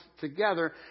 together